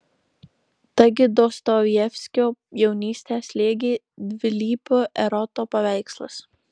taigi dostojevskio jaunystę slėgė dvilypio eroto paveikslas